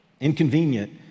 inconvenient